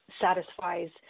satisfies